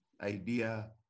idea